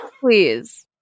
please